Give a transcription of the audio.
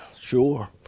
sure